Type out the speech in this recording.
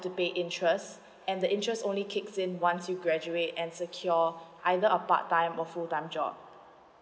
to pay interest and the interest only kicks in once you graduate and secure either a part time or full time job